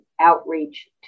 outreach